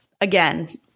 again